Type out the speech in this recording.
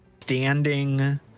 standing